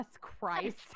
Christ